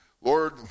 Lord